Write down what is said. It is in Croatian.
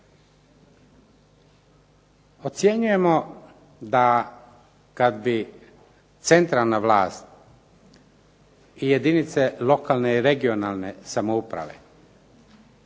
Ocjenjujemo da kad bi centralna vlast i jedinice lokalne i regionalne samouprave